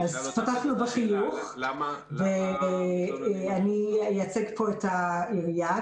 אני אייצג כאן את העירייה.